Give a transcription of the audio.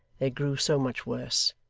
they grew so much worse,